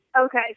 Okay